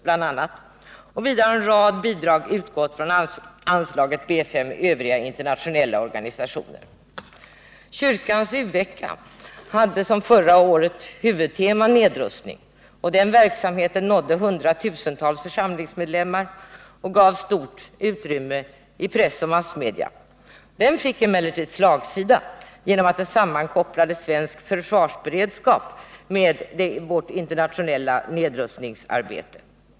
Vidare har en rad bidrag utgått från anslaget B 5 Övriga nationella organisationer. Kyrkans u-vecka hade i år liksom förra året nedrustning som huvudtema. Verksamheten nådde hundratusentals församlingsmedlemmar och gavs » stort utrymme i press och övriga massmedia. Den fick emellertid slagsida genom att den sammankopplade svensk försvarsberedskap med vårt internationella nedrustningsarbete.